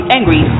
Angry